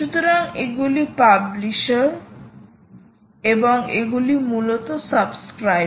সুতরাং এগুলি পাবলিশার এবং এগুলি মূলত সাবস্ক্রাইবার